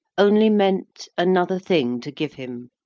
only meant another thing to give him,